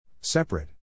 Separate